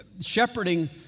shepherding